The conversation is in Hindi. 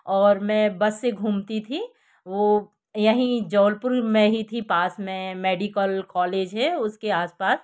और मैं बस से घूमती थी वो यहीं जौलपुर में ही थी पास में मेडिकल कॉलेज है उसके आस पास